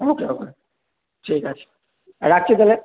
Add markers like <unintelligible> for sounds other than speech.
<unintelligible> ঠিক আছে রাখছি তাহলে